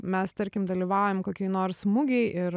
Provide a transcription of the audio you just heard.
mes tarkim dalyvaujam kokioj nors mugėj ir